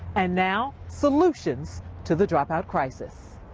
and now, solutions to the dropout crisis.